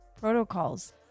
protocols